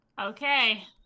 Okay